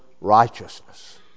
righteousness